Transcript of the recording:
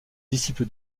disciple